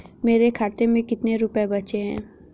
मेरे खाते में कितने रुपये बचे हैं?